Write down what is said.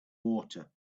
water